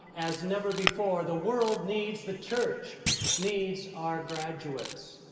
as never before, the world needs the church needs our graduates